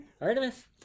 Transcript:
Artemis